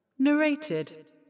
Narrated